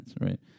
right